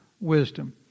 wisdom